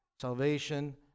salvation